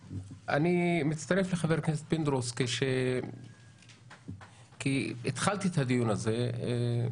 אני מצטרף לחבר הכנסת פינדרוס כי התחלתי את הדיון הזה ולא